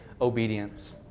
obedience